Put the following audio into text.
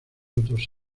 otros